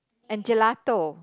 and Gelato